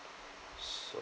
so